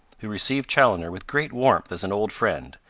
who received chaloner with great warmth as an old friend,